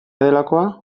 delakoa